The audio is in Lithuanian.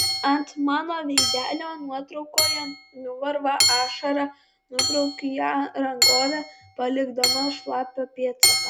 ant mano veidelio nuotraukoje nuvarva ašara nubraukiu ją rankove palikdama šlapią pėdsaką